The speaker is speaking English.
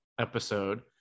episode